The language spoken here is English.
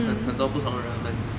很很多不同的 ramen